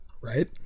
right